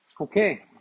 Okay